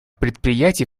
предприятий